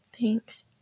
Thanks